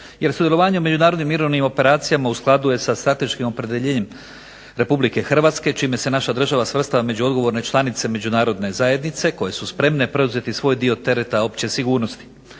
jer sudjelovanje u međunarodnim mirovnim operacijama u skladu je sa strateškim opredjeljenjem Republike Hrvatske čime se naša država svrstava među odgovorne članice Međunarodne zajednice koje su spremne preuzeti svoj dio tereta opće sigurnosti.